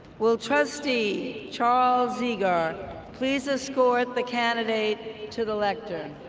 will trustee charles zegar please escort the candidate to the lectern?